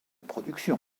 production